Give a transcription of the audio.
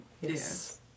Yes